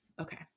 Okay